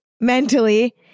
mentally